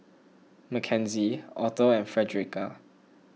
Makenzie Otho and Fredericka